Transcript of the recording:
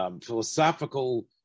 philosophical